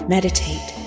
Meditate